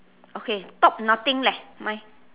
okay top nothing leh mine